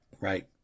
right